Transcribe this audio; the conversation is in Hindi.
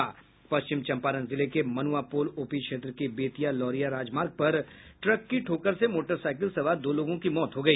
पश्चिम चम्पारण जिले के मनुआपुल ओपी क्षेत्र के बेतिया लौरिया राजमार्ग पर ट्रक की ठोकर से मोटरसाईकिल सवार दो लोगों की मौत हो गई